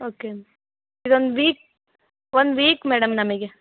okay ಇದೊಂದು week ಒಂದು week madam ನಮಗೆ